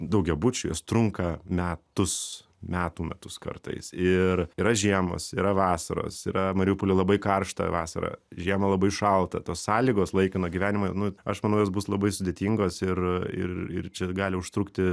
daugiabučių jos trunka metus metų metus kartais ir yra žiemos yra vasaros yra mariupoly labai karšta vasarą žiemą labai šalta tos sąlygos laikino gyvenimo nu aš manau jos bus labai sudėtingos ir ir ir čia gali užtrukti